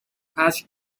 has